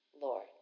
Lord